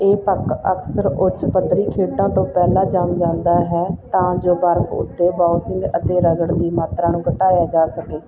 ਇਹ ਪੱਕ ਅਕਸਰ ਉੱਚ ਪੱਧਰੀ ਖੇਡਾਂ ਤੋਂ ਪਹਿਲਾਂ ਜੰਮ ਜਾਂਦਾ ਹੈ ਤਾਂ ਜੋ ਬਰਫ਼ ਉੱਤੇ ਬਾਊਸਿੰਗ ਅਤੇ ਰਗੜ ਦੀ ਮਾਤਰਾ ਨੂੰ ਘਟਾਇਆ ਜਾ ਸਕੇ